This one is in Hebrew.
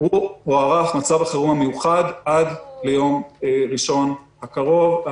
מצב החירום המיוחד הוארך עד ליום ראשון הקרוב,